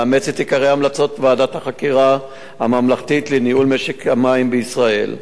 לאמץ את עיקרי המלצות ועדת החקירה הממלכתית לניהול משק המים בישראל,